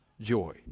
joy